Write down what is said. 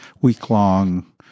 week-long